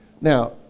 now